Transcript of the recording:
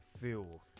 feel